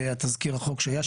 תזכיר החוק שהיה,